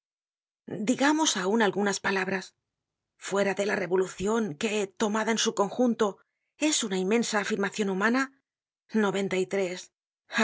digamos aun algunas palabras fuera de la revolucion que tomada en su conjunto es una inmensa afirmacion humana